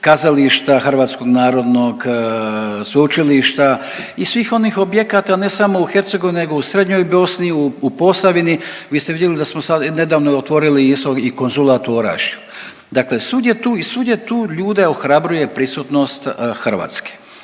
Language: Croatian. kazališta hrvatskog narodnog sveučilišta i svih onih objekata, ne samo u Hercegovini, nego u Srednjoj Bosni, u Posavini, vi ste vidjeli da smo sad nedavno otvorili isto i konzulat u Orašju, dakle svugdje tu i svugdje tu ljude ohrabruje prisutnost Hrvatske.